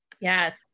Yes